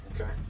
Okay